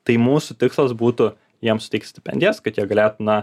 tai mūsų tikslas būtų jiem suteikt stipendijas kad jie galėtų na